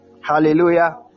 Hallelujah